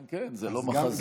כן, זה לא מחזה של יום-יום.